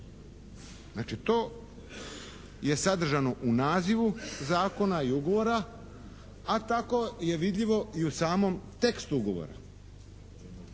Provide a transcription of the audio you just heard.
Znači to je sadržano u nazivu zakona i ugovora, a tako je vidljivo i u samom tekstu ugovora.